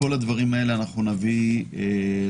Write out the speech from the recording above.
את כל הדברים האלה נביא לכנסת,